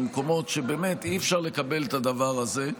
במקומות שבאמת אי-אפשר לקבל את הדבר הזה.